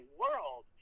world